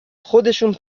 خودشون